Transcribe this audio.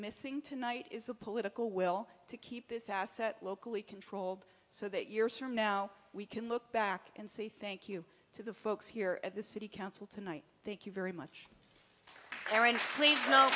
missing tonight is the political will to keep this asset locally controlled so that years from now we can look back and say thank you to the folks here at the city council tonight thank you very much